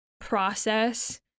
process